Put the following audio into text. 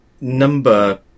Number